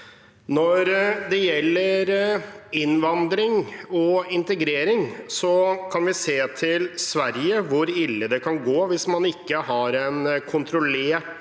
Når det gjelder innvandring og integrering, kan vi se til Sverige og hvor ille det kan gå hvis man ikke har en kontrollert